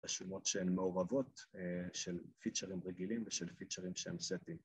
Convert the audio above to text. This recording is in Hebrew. רשומות שהן מעורבות של פיצ'רים רגילים ושל פיצ'רים שהם סטים